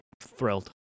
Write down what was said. thrilled